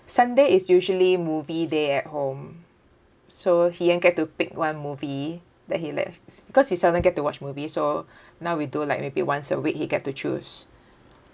sunday is usually movie day at home so ian get to pick one movie that he loves because we seldom get to watch movie so now we do like maybe once a week he get to choose